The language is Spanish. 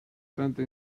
tanto